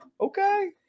Okay